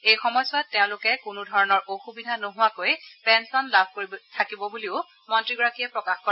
এই সময়ছোৱাত তেওঁলোকে কোনোধৰণৰ অসুবিধা নোহোৱাকৈ পেঞ্চন লাভ কৰি থাকিব বুলিও মন্ত্ৰীগৰাকীয়ে প্ৰকাশ কৰে